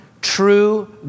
true